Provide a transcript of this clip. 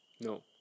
No